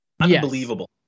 Unbelievable